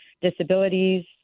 disabilities